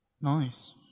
Nice